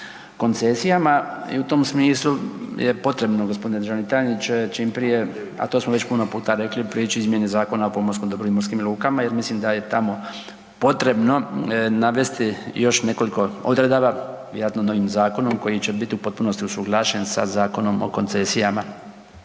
i u tom smislu je potrebno gospodine državni tajniče čim prije, a to smo već puno puta rekli, preć izmjene Zakona o pomorskom dobru i morskim lukama jer mislim da je tamo potrebno navesti još nekoliko odredaba, vjerojatno novim zakonom koji će bit u potpunosti usuglašen sa Zakonom o koncesijama.